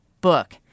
book